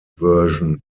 version